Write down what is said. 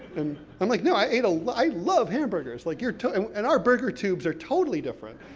um i'm like, no, i ate a lot, i love hamburgers, like you're tote. and our burger tubes are totally different.